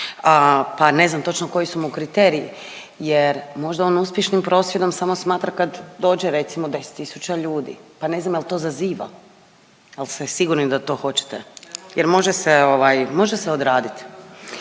pa ne znam točno koji su mu kriteriji, jer možda on uspješnim prosvjedom samo smatra kad dođe recimo 10000 ljudi. Pa ne znam jel' to zaziva, jel' ste sigurni da to hoćete jer može se odraditi.